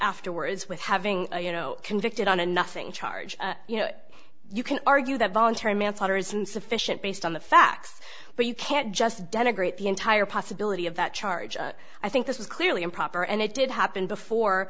afterwards with having you know convicted on a nothing charge you know you can argue that voluntary manslaughter is insufficient based on the facts but you can't just denigrate the entire possibility of that charge i think this was clearly improper and it did happen before